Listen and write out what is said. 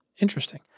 Interesting